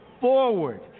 forward